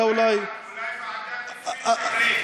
אתה אולי, אולי ועדת פריש תמליץ.